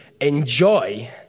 enjoy